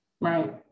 Right